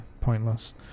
pointless